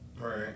Right